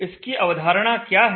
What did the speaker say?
इसकी अवधारणा क्या है